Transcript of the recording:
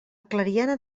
clariana